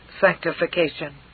sanctification